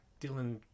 Dylan